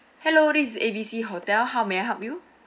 hello this is A B C hotel how may I help you